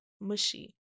mushy